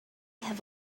have